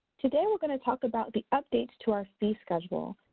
today we're going to talk about the updates to our fee schedule.